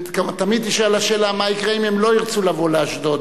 תמיד תישאל השאלה: מה יקרה אם הם לא ירצו לבוא לאשדוד,